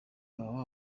waba